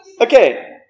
Okay